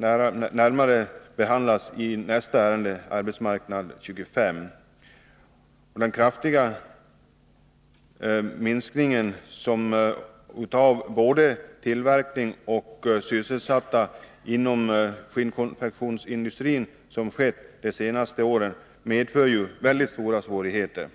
samband med behandlingen av nästa ärende — arbetsmarknadsutskottets betänkandet nr 25. Den kraftiga minskning när det gäller både tillverkning och antalet sysselsatta som skett inom skinnkonfektionsindustrin under de senaste åren medför mycket stora svårigheter.